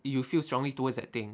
you feel strongly towards that thing